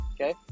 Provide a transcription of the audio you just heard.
okay